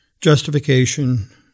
justification